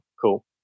cool